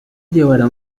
llevará